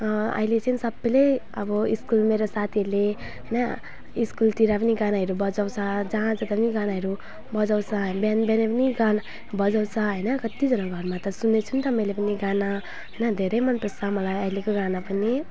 अहिले चाहिँ सबैले अब स्कुल मेरो साथीहरूले होइन स्कुलतिर पनि गानाहरू बजाउँछ जहाँ जता पनि गानाहरू बजाउँछ हामी बिहान बिहानै पनि गाना बजाउँछ होइन कतिजनाको घरमा त सुनेको छु नि त मैले पनि गाना धेरै मन पर्छ मलाई अहिलेको गाना पनि